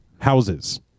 houses